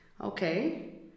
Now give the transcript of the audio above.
okay